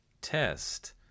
test